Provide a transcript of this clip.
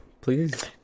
please